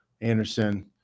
Anderson